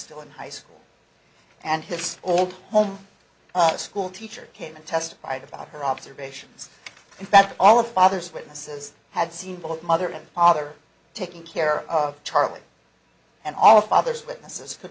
still in high school he and his old home school teacher came and testified about her observations in fact all of father's witnesses had seen both mother and father taking care of charlie and all fathers witnesses to